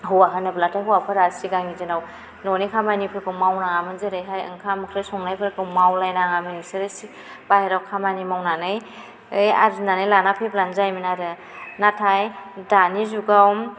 हौवा होनोब्लाथाय हौवाफोरा सिगांनि दिनाव न'नि खामानिफोरखौ मावनाङामोन जेरैहाय ओंखाम ओंख्रि संनायफोरखौ मावलायनाङामोन बिसोरो बाइहेरायाव खामानि मावनानै आरजिनानै लाना फैब्लानो जायोमोन आरो नाथाय दानि जुगाव